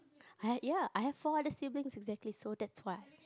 I have ya I have four other siblings exactly so that's why